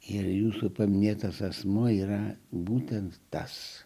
ir jūsų paminėtas asmuo yra būtent tas